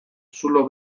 zulo